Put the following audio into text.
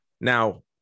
Now